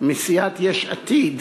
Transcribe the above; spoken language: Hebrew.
מסיעת יש עתיד